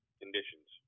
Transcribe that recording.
conditions